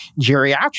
geriatric